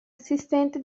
assistente